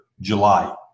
July